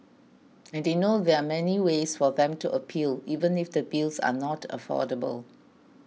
and they know there are many ways for them to appeal even if the bills are not affordable